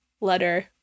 letter